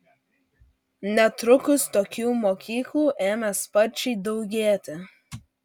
netrukus tokių mokyklų ėmė sparčiai daugėti